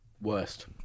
Worst